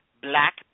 black